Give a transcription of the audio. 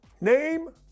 Name